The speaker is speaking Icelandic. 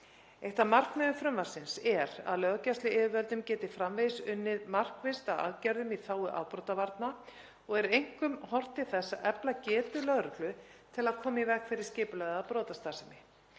Eitt af markmiðum frumvarpsins er að löggæsluyfirvöld geti framvegis unnið markvisst að aðgerðum í þágu afbrotavarna og er einkum horft til þess að efla getu lögreglu til að koma í veg fyrir skipulagða brotastarfsemi.